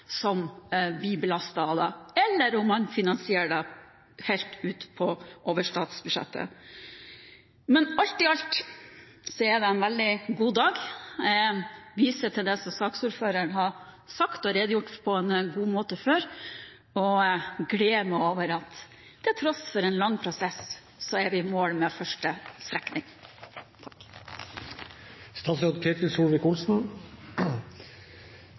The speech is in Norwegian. som blir belastet av det, eller om man finansierer det helt ut over statsbudsjettet. Men alt i alt er det en veldig god dag. Jeg viser til det som saksordføreren har sagt og redegjort for på en god måte, og gleder meg over at til tross for en lang prosess er vi i mål med første strekning.